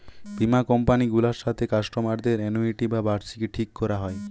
বীমা কোম্পানি গুলার সাথে কাস্টমারদের অ্যানুইটি বা বার্ষিকী ঠিক কোরা হয়